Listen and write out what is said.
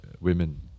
women